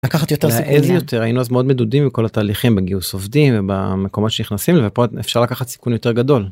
לקחת יותר... יותר היינו אז מאוד מדודים, כל התהליכים בגיוס עובדים במקומות שנכנסים, ופה אפשר לקחת סיכון יותר גדול.